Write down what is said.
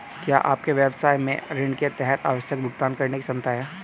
क्या आपके व्यवसाय में ऋण के तहत आवश्यक भुगतान करने की क्षमता है?